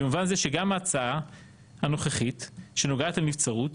במובן זה שגם ההצעה הנוכחית שנוגעת לנבצרות,